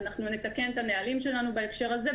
אנחנו נתקן את הנהלים שלנו בהקשר הזה,